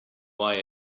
why